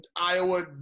Iowa